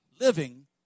living